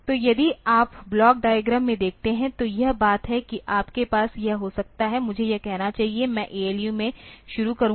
तो यदि आप ब्लॉक डायग्राम में देखते हैं तो यह बात है कि आपके पास यह हो सकता है मुझे यह कहना चाहिए मैं ALU से शुरू करूंगा